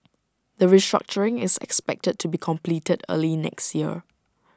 the restructuring is expected to be completed early next year